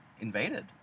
invaded